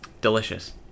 Delicious